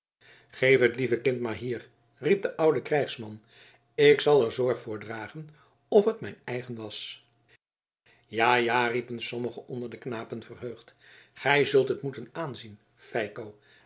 geef het lieve kind maar hier riep de oude krijgsman ik zal er zorg voor dragen of het mijn eigen was ja ja riepen sommigen onder de knapen verheugd gij zult het moeten aanzien feiko